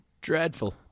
dreadful